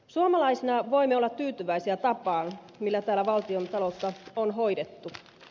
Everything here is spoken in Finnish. suomalaisina voimme olla tyytyväisiä tapaan millä täällä valtiontaloutta on hoidettu